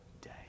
day